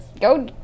go